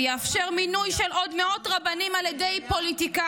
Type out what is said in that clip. ויאפשר מינוי של עוד מאות רבנים על ידי פוליטיקאים,